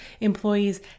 employees